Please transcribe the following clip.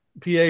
PA